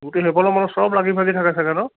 গোটেই সেইফালৰ মানুহ চব লাগি ভাগি থাকে চাগৈ ন